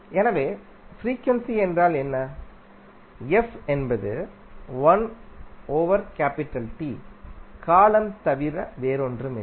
எனவே frequency f என்றால் என்ன f என்பது காலம் தவிர வேறொன்றுமில்லை